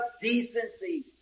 decency